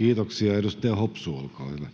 yhteiskunnassa Time: 16:32 Content: